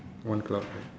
one cloud right